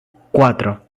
cuatro